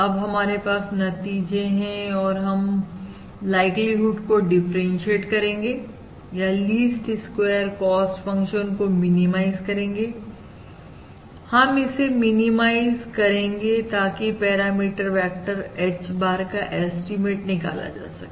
अब हमारे पास नतीजे हैं और हम लाइक्लीहुड को डिफरेंसिएट करेंगे या लीस्ट स्क्वेयर कॉस्ट फंक्शन को मिनिमाइज करेंगे हम इसे मिनिमाइज करेंगे ताकि पैरामीटर वेक्टर H bar का एस्टीमेट निकाला जा सके